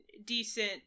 decent